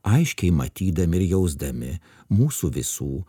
aiškiai matydami ir jausdami mūsų visų